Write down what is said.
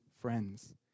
friends